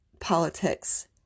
politics